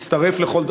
נצטרף לכל,